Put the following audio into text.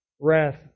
wrath